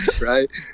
Right